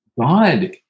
God